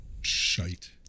shite